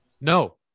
No